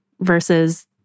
versus